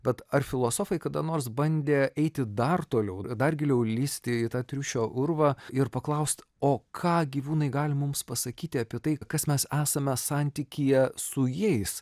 bet ar filosofai kada nors bandė eiti dar toliau dar giliau lįsti į triušio urvą ir paklausti o ką gyvūnai gali mums pasakyti apie tai kas mes esame santykyje su jais